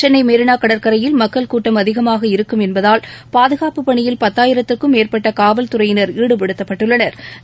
சென்னைமெரினாகடற்கரையில் மக்கள் கூட்டம் அதிகமாக இருக்கும் என்பதால் பாதுகாப்புப் பணியில் பத்தாயிரத்திற்கும் மேற்பட்டகாவல் துறையினா் ஈடுபடுத்தப்பட்டுள்ளனா்